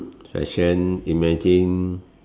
fashion imagine